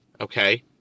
Okay